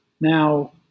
Now